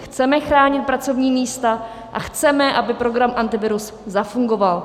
Chceme chránit pracovní místa a chceme, aby program Antivirus zafungoval.